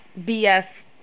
BS